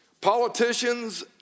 Politicians